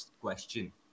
question